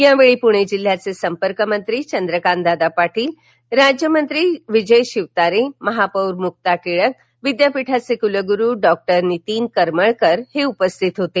यावेळी पुणे जिल्ह्याचे सम्पर्कमंत्री चंद्रकांत पाटील राज्यमंत्री विजय शिवतारे महापौर मुका टिळक विद्यापीठाचे कूलगूरू डॉक्टर नीतीन करमळकर उपस्थित होते